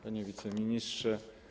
Panie Wiceministrze!